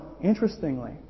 interestingly